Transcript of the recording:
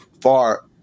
far